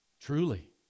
truly